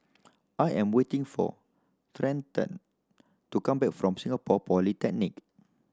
I am waiting for Trenten to come back from Singapore Polytechnic